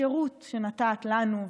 השירות שנתת לנו,